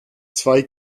zwei